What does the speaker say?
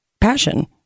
passion